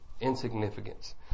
Insignificance